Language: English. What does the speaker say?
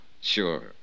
Sure